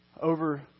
over